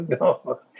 No